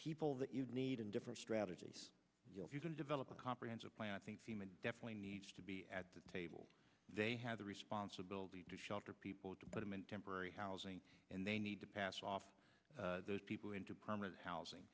people that you need in different strategies you can develop a comprehensive plan i think definitely needs to be at the table they have the responsibility to shelter people to put them in temporary housing and they need to pass off those people into permanent housing